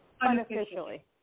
Unofficially